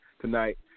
tonight